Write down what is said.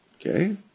Okay